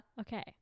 okay